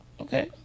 Okay